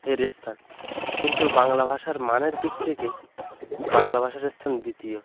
এর স্থান কিন্তু বাংলা ভাষার মানের দিক থেকে বাংলা ভাষাটা হচ্ছেন দ্বিতীয়